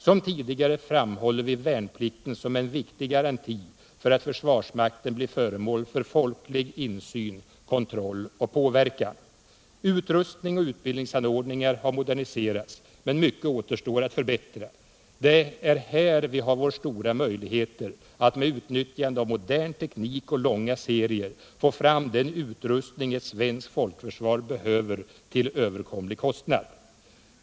Som tidigare framhåller vi värnplikten som en viktig garanti för att försvarsmakten blir föremål för folklig insyn, kontroll och påverkan. Utrustningsoch utbildningsanordningar har moderniserats, men mycket återstår att förbättra. Det är här vi har vår stora möjlighet att med utnyttjande av modern teknik och långa serier få fram den utrustning ett svenskt folkförsvar behöver till överkomlig kostnad.